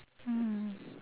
mm